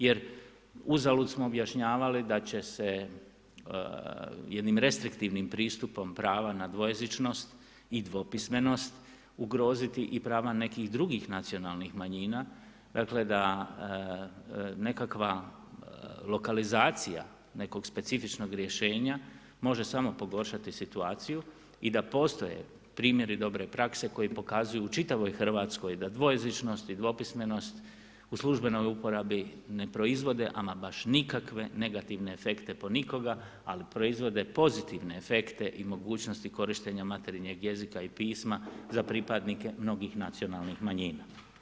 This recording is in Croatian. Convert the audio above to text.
Jer uzalud smo objašnjavali da će se jednim restriktivnim pristupom prava na dvojezičnost i dvopismenost ugroziti i prava nekih drugih nacionalnih manjina, dakle da nekakva lokalizacija nekog specifičnog rješenja može samo pogoršati situaciju i da postoje primjeri dobre prakse koji pokazuju u čitavoj Hrvatskoj da dvojezičnost i dvopismenost u službenoj uporabi ne proizvode ama baš nikakve negativne efekte po nikoga, ali proizvode pozitivne efekte i mogućnosti korištenja materinjeg jezika i pisma za pripadnike mnogih nacionalnih manjina.